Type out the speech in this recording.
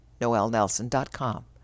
noelnelson.com